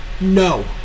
No